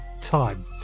time